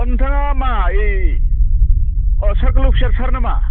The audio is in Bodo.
नोंथाङा मा ओइ अह सारकोल अफिसार सार नामा